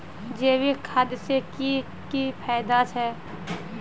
जैविक खाद से की की फायदा छे?